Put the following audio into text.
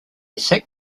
sack